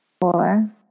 four